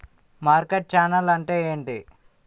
Market channel అంటే ఏంటి?